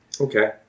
Okay